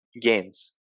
gains